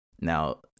Now